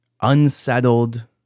unsettled